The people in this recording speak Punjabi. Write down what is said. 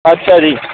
ਅੱਛਾ ਜੀ